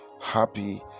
happy